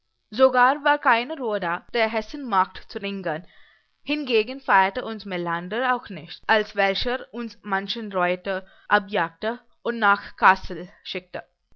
gar war keine ruhe da der hessen macht zu ringern hingegen feirete uns melander auch nicht als welcher uns manchen reuter abjagte und nach kassel schickte